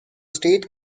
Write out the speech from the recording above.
state